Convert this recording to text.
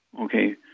Okay